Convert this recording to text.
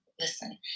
listen